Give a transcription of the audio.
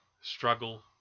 struggle